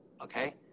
okay